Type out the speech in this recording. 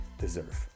deserve